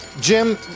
Jim